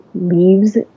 Leaves